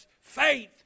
faith